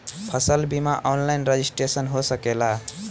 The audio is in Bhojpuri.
फसल बिमा ऑनलाइन रजिस्ट्रेशन हो सकेला?